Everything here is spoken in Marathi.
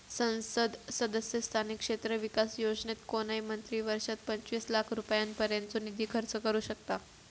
संसद सदस्य स्थानिक क्षेत्र विकास योजनेत कोणय मंत्री वर्षात पंचवीस लाख रुपयांपर्यंतचो निधी खर्च करू शकतां